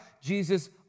Jesus